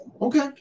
Okay